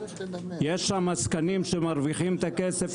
יש שם עסקנים שמרוויחים את הכסף,